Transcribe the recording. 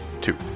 two